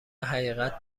حقیقت